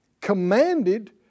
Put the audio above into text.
commanded